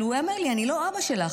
כי הוא היה אומר לי: אני לא אבא שלך.